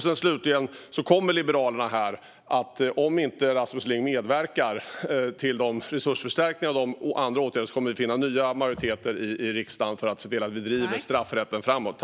Slutligen kommer Liberalerna, om inte Rasmus Ling medverkar till resursförstärkningar och andra åtgärder, att finna nya majoriteter i riksdagen för att driva straffrätten framåt.